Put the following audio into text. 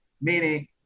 meaning